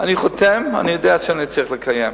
אני חותם, אני יודע שאני צריך לקיים.